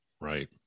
Right